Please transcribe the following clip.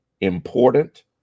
important